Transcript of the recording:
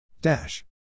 Dash